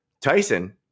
Tyson